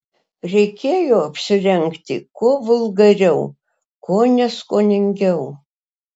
reikėjo apsirengti kuo vulgariau kuo neskoningiau